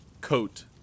Coat